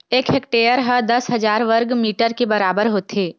एक हेक्टेअर हा दस हजार वर्ग मीटर के बराबर होथे